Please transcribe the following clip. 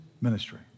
ministry